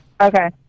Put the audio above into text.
Okay